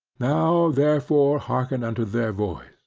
now therefore hearken unto their voice,